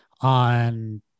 On